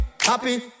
happy